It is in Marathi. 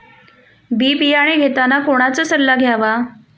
बी बियाणे घेताना कोणाचा सल्ला घ्यावा?